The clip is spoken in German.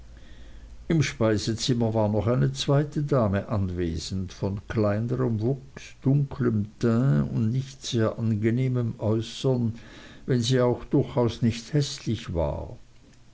im speisezimmer war noch eine zweite dame anwesend von kleinerm wuchs dunklem teint und nicht sehr angenehmem äußern wenn sie auch durch aus nicht häßlich war